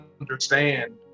understand